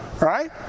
right